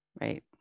right